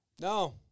no